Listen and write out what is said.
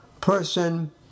person